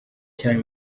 cya